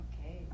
Okay